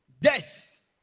Death